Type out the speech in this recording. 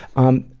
um,